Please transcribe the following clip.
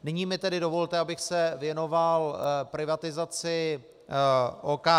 Nyní mi tedy dovolte, abych se věnoval privatizaci OKD.